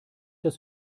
das